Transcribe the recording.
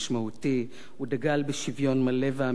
הוא דגל בשוויון מלא ואמיתי בין המינים,